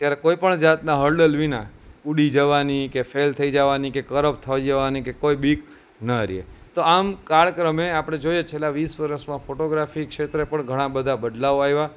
ત્યારે કોઈ પણ જાતના હર્ડલ વિના ઊડી જવાની કે ફેલ થઈ જવાની કે ખરાબ થઈ જવાની કે કોઈ બીક ન રહે તો આમ કાળ ક્રમે જોઈએ છેલ્લા વીસ વર્ષમાં ફોટોગ્રાફી ક્ષેત્રે પણ ઘણા બધા બદલાવ આવ્યા